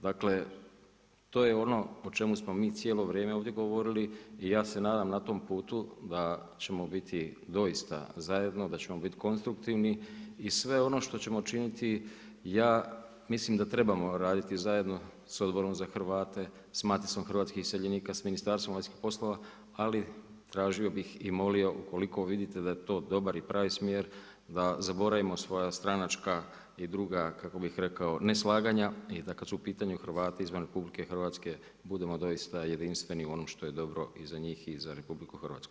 Dakle, to je ono o čemu smo mi cijelo vrijeme ovdje govorili i ja se nadam na tom putu da ćemo biti doista zajedno, da ćemo biti konstruktivni i sve ono što ćemo činiti, ja mislim da trebamo raditi zajedno sa Odborom za Hrvate, sa Maticom hrvatskih iseljenika, sa Ministarstvom vanjskih poslova ali tražio bih i molio ukoliko vidite da je to dobar i pravi smjer da zaboravimo svoja stranačka i druga kako bih rekao neslaganja i da kad su u pitanju Hrvati izvan RH budemo doista jedinstveni u onom što je dobro i za njih i za RH.